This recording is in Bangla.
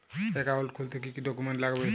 অ্যাকাউন্ট খুলতে কি কি ডকুমেন্ট লাগবে?